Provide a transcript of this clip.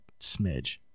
smidge